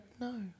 No